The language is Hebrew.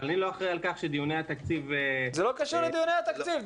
אבל אני לא אחראי על כך שדיוני התקציב --- זה לא קשור לדיוני התקציב,